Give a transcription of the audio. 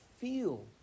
feel